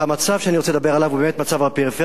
והמצב שאני רוצה לדבר עליו הוא באמת מצב הפריפריה,